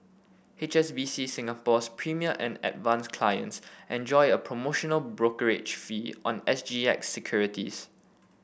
H S B C Singapore's Premier and Advance clients enjoy a promotional brokerage fee on S G X securities